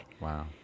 Wow